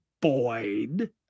Boyd